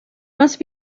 must